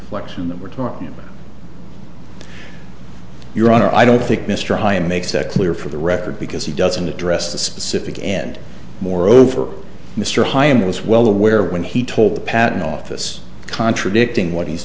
election that we're talking about your honor i don't think mr heigham makes that clear for the record because he doesn't address the specific and moreover mr heigham was well aware when he told the patent office contradicting what